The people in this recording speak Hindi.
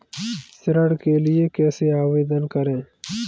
ऋण के लिए कैसे आवेदन करें?